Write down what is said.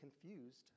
confused